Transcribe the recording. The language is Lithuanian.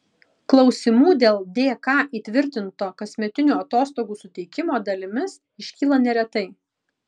klausimų dėl dk įtvirtinto kasmetinių atostogų suteikimo dalimis iškyla neretai